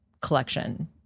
collection